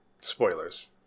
spoilers